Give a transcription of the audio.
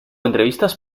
entrevistas